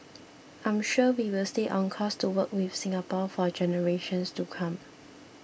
I'm sure we will stay on course to work with Singapore for generations to come